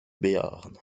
béarn